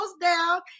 down